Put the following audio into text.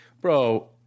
bro –